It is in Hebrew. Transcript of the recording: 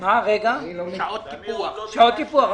שעות טיפוח.